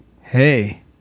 hey